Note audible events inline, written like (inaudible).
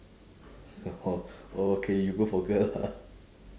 (noise) oh okay you go for girl ah